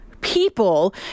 people